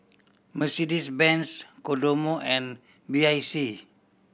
Mercedes Benz Kodomo and B I C